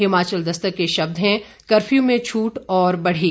हिमाचल दस्तक के शब्द हैं कर्फ्यू में छूट और बढ़ी